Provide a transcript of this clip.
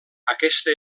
aquesta